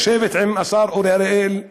לשבת עם השר אורי אריאל,